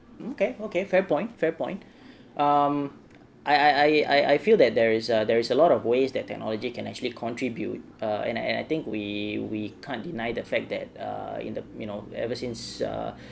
okay okay fair point fair point um I I I feel that there is uh there is a lot of ways that technology can actually contribute uh and and I think we we can't deny the fact that uh in the you know ever since uh